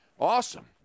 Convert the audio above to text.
awesome